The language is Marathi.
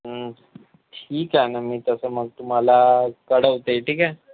हं ठीक आहे ना मी तसं मग तुम्हाला कळवते ठीक आहे